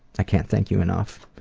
i can't thank you enough.